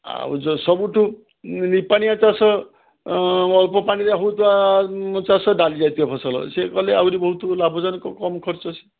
ଆଉ ଯ ସବୁଠୁ ନିପାଣିଆ ଚାଷ ଅଳ୍ପ ପାଣିରେ ହେଉଥିବା ଚାଷ ଡାଲି ଜାତୀୟ ଫସଲ ସିଏ କଲେ ଆହୁରି ବହୁତ ଲାଭଜନକ କମ୍ ଖର୍ଚ୍ଚ ସିଏ